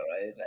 right